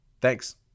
Thanks